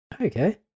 Okay